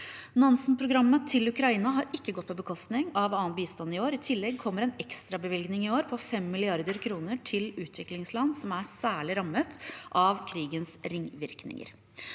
Nansen-programmet til Ukraina har ikke gått på bekostning av annen bistand i år. I tillegg kommer en ekstrabevilgning i år på 5 mrd. kr til utviklingsland som er særlig rammet av krigens ringvirkninger.